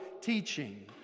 teaching